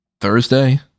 Thursday